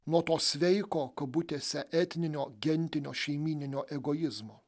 nuo to sveiko kabutėse etninio gentinio šeimyninio egoizmo egoizmo